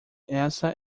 essa